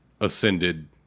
ascended